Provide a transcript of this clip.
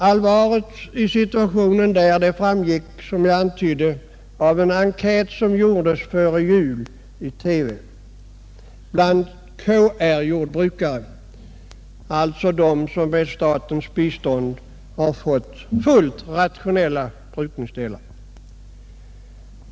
Allvaret i situationen framgick av en enkät som gjordes i TV före jul bland KR-jordbrukare - alltså sådana som med statens bistånd har fått fullt rationella brukningsdelar.